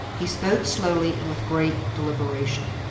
he spoke slowly and with great deliberation.